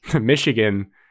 Michigan